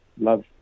love